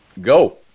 Go